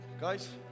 Guys